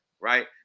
right